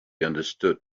understood